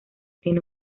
tiene